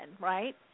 right